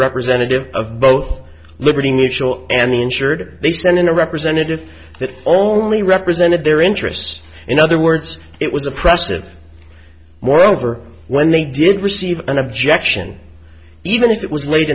representative of both liberty mutual and the insured they sent in a representative that only represented their interests in other words it was oppressive moreover when they didn't receive an objection even if it was late